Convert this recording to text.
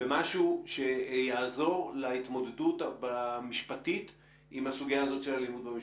במשהו שיעזור להתמודדות המשפטית עם הסוגיה הזאת של אלימות במשפחה?